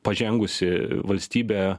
pažengusi valstybė